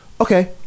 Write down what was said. okay